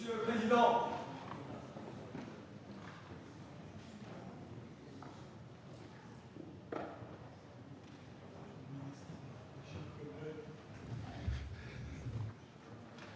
Monsieur le président,